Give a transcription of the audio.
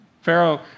Pharaoh